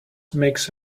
makes